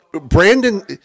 brandon